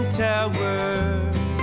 towers